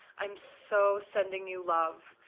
i'm so sending you love.